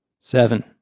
seven